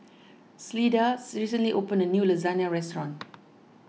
Clyda recently opened a new Lasagne restaurant